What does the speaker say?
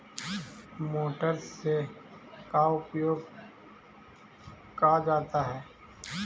Motor से का उपयोग क्या जाता है?